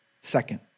Second